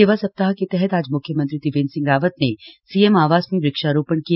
सेवा सप्ताह के तहत आज मुख्यमंत्री त्रिवेन्द्र सिंह रावत ने सीएम आवास में वृक्षारोपण किया